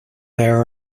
there